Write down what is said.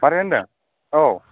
मारै होनदों औ